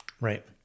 Right